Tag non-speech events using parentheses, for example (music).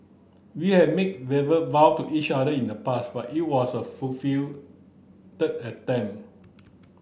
we have make verbal vow to each other in the past but it was a (unintelligible) attempt